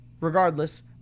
regardless